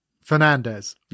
Fernandez